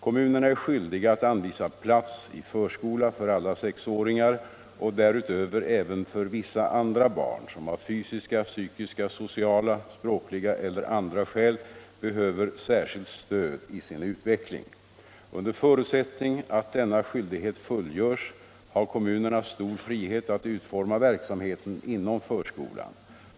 Kommunerna är skyldiga att anvisa plats i förskola för alla sexåringar och därutöver även för vissa andra barn som av fysiska, psykiska, sociala, språkliga eller andra skäl behöver särskilt stöd i sin utveckling. Under förutsättning att denna skyldighet fullgörs har kommunerna stor frihet att utforma verksamheten inom förskolan.